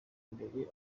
imbere